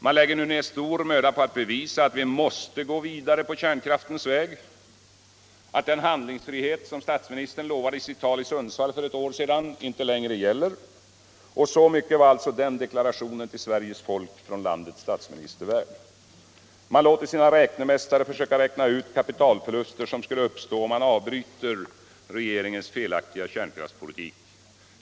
Man lägger nu ner stor möda på att bevisa att vi måste gå vidare på kärnkraftens väg, att den handlingsfrihet som statsministern lovade i sitt tal i Sundsvall för ett år sedan inte längre gäller. Så mycket var alltså den deklarationen till Sveriges folk från landets statsminister värd. Man låter sina räknemästare försöka räkna ut kapitalförluster som skulle uppstå om man avbryter regeringens felaktiga kärnkraftspolitik.